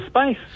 space